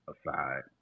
aside